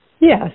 Yes